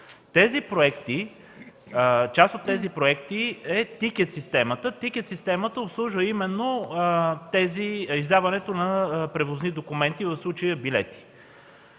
Част от тези проекти е тикет системата. Тя обслужва именно издаването на превозни документи, в случая билети.